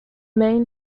main